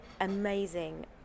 amazing